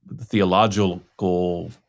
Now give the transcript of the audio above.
theological